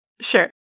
Sure